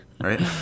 Right